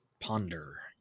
Ponder